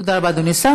תודה רבה, אדוני השר.